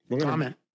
Comment